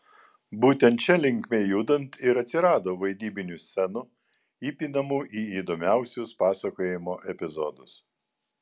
būtent šia linkme judant ir atsirado vaidybinių scenų įpinamų į įdomiausius pasakojimo epizodus